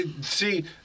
see